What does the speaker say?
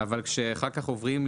כל יום שאנחנו מדברים,